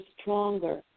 stronger